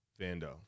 Vando